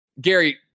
Gary